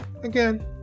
Again